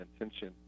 intention